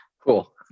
Cool